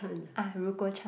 ah Ryouko-Chan